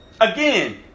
Again